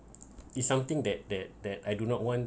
is something that that that I do not want